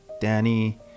Danny